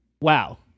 wow